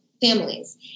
families